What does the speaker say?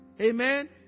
Amen